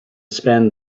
spend